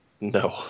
No